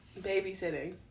babysitting